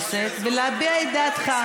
להירגע.